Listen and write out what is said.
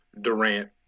Durant